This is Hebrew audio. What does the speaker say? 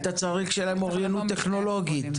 אתה צריך שתהיה להם אוריינות טכנולוגית.